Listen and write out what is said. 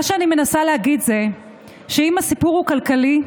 מה שאני מנסה להגיד זה שאם הסיפור הוא כלכלי,